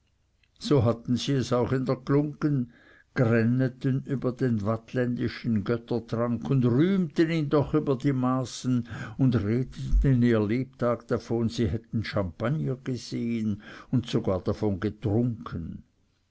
so hatten sie es auch in der glunggen gränneten über den waadtländischen göttertrank und rühmten ihn doch über die maßen und redeten ihr lebtag davon sie hätten champagner gesehen und sogar davon getrunken